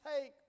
take